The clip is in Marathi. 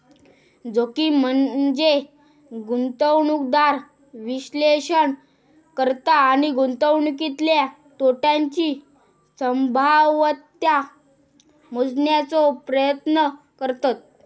जोखीम म्हनजे गुंतवणूकदार विश्लेषण करता आणि गुंतवणुकीतल्या तोट्याची संभाव्यता मोजण्याचो प्रयत्न करतत